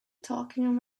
talking